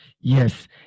Yes